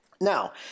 Now